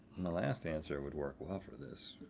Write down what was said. my last answer would work well ah for this